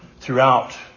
throughout